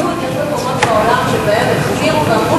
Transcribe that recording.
יש מקומות בעולם שבהם החמירו ואמרו